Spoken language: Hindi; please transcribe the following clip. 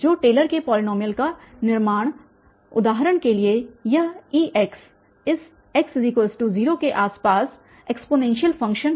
तो टेलर के पॉलीनॉमियल का निर्माण उदाहरण के लिए यह ex इस x0 के आसपास एक्सपोनेनशियल फ़ंक्शन